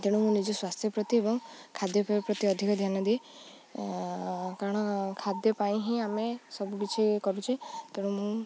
ତେଣୁ ମୁଁ ନିଜ ସ୍ୱାସ୍ଥ୍ୟ ପ୍ରତି ଏବଂ ଖାଦ୍ୟପେୟ ପ୍ରତି ଅଧିକ ଧ୍ୟାନ ଦିଏ କାରଣ ଖାଦ୍ୟ ପାଇଁ ହିଁ ଆମେ ସବୁ କିିଛି କରୁଛେ ତେଣୁ ମୁଁ